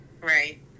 Right